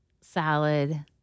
salad